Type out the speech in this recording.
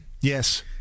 Yes